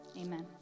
amen